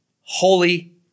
holy